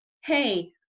Hey